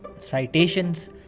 citations